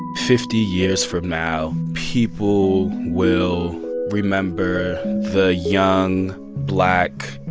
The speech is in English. fifty years from now, people will remember the young black,